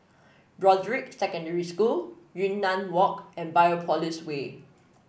Broadrick Secondary School Yunnan Walk and Biopolis Way